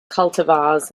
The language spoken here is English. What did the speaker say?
cultivars